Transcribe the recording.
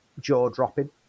jaw-dropping